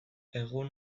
egun